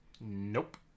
Nope